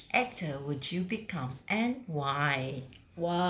which actor would you become and why